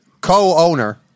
Co-owner